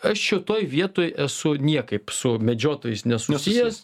aš čia toj vietoj esu niekaip su medžiotojais nesusijęs